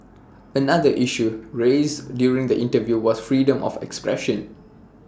another issue raised during the interview was freedom of expression